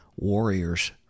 warriors